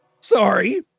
Sorry